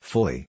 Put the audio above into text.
Fully